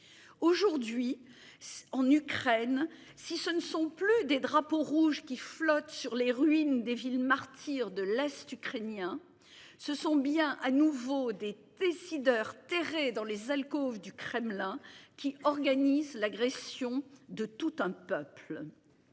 Aujourd'hui. En Ukraine, si ce ne sont plus des drapeaux rouges qui flotte sur les ruines des villes martyres de l'Est ukrainien. Se sont bien à nouveau des décideurs terrés dans les alcôves du Kremlin qui organise l'agression de tout un peuple.